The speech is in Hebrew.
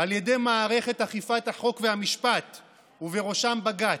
על ידי מערכת אכיפת החוק והמשפט ובראשה בג"ץ.